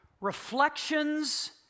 Reflections